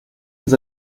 ens